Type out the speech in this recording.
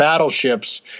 battleships